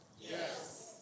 Yes